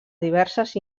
diverses